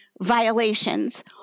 violations